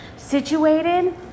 situated